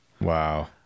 Wow